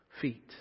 feet